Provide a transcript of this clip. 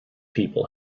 people